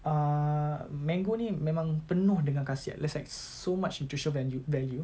err mango ini memang penuh dengan khasiat there's like so much nutrition value value